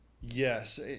Yes